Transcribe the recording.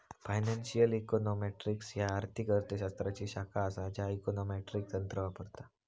financial econometrics ह्या आर्थिक अर्थ शास्त्राची शाखा असा ज्या इकॉनॉमेट्रिक तंत्र वापरता